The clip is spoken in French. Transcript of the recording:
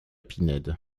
pinède